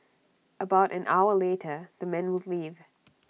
about an hour later the men would leave